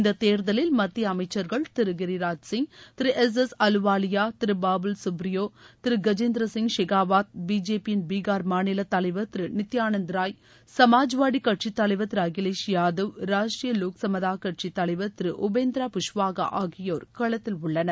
இந்த தேர்தலில் மத்திய அமைச்சர்கள் திரு கிரிராஜ் சிங் திரு எஸ் எஸ் அலுவாலியா திரு பாபுல் சுப்ரியோ திரு கஜேந்திர சிங் ஷெகாவத் பிஜேபியின் பீகார் மாநில தலைவர் திரு நித்தியானந்த் ராய் சமாஜ்வாடி கட்சி தலைவர் திரு அகிலேஷ் யாதவ் ராஷ்டிரிய லோக் சமதா கட்சி தலைவர் திரு உபேந்திரா புஷ்வாகா ஆகியோர் களத்தில் உள்ளனர்